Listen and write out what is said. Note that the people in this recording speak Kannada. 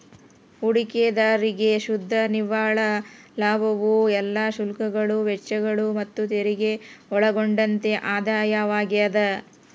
ಹೂಡಿಕೆದಾರ್ರಿಗೆ ಶುದ್ಧ ನಿವ್ವಳ ಲಾಭವು ಎಲ್ಲಾ ಶುಲ್ಕಗಳು ವೆಚ್ಚಗಳು ಮತ್ತುತೆರಿಗೆ ಒಳಗೊಂಡಂತೆ ಆದಾಯವಾಗ್ಯದ